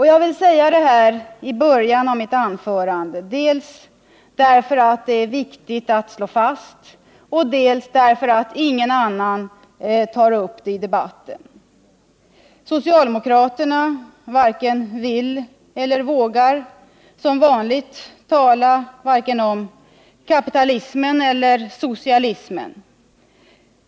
Jag vill säga detta i början av mitt anförande dels därför att det är viktigt att slå fast, dels därför att ingen annan tar upp det i debatten. Socialdemokraterna varken vill eller vågar, som vanligt, tala om vare sig kapitalismen eller socialismen.